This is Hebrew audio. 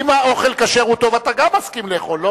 אם האוכל כשר וטוב אתה גם מסכים לאכול,